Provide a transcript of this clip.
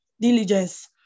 diligence